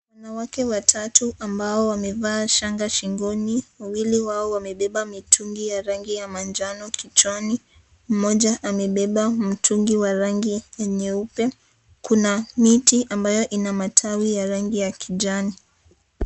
Wanawake watatu ambao wamevaa shanga shingoni wawili wao wamebeba mitungi ya rangi ya manjano kichwani, moja amebeba mtungi wa rangi ya yeupe kuna miti ambao una rangi ya kijani.